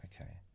okay